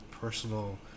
personal